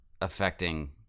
affecting